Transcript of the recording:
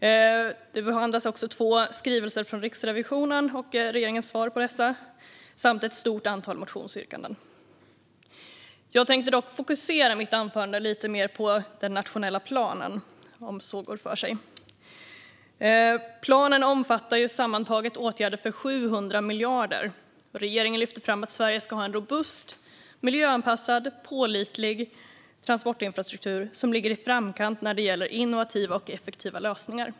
Dessutom behandlas två skrivelser från Riksrevisionen och regeringens svar på dessa samt ett stort antal motionsyrkanden. I mitt anförande tänker jag dock fokusera på den nationella planen, om så går för sig. Planen omfattar sammantaget åtgärder för 700 miljarder. Regeringen lyfter fram att Sverige ska ha en robust, miljöanpassad och pålitlig transportinfrastruktur som ligger i framkant när det gäller innovativa och effektiva lösningar.